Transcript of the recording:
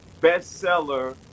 bestseller